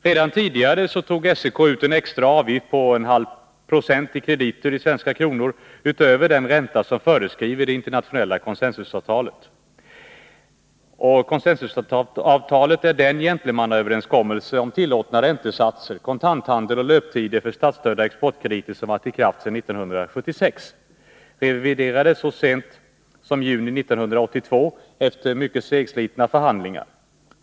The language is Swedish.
Redan tidigare tog SEK ut en extra avgift på 0,5 96 vid krediter i svenska kronor utöver den ränta som föreskrivs i det internationella consensusavtalet, den gentlemannaöverenskommelse om tillåtna räntesatser, kontantandel och löptider för statsstödda exportkrediter som varit i kraft sedan 1976. Avtalet reviderades så sent som i juni 1982 efter mycket segslitna förhandlingar.